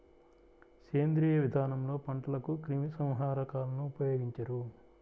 సేంద్రీయ విధానంలో పంటలకు క్రిమి సంహారకాలను ఉపయోగించరు